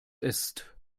ist